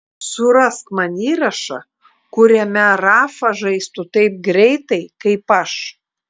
surask man įrašą kuriame rafa žaistų taip greitai kaip aš